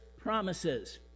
promises